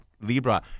Libra